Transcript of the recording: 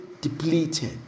depleted